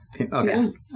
Okay